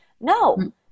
No